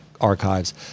archives